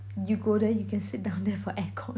you go there you can sit down there for aircon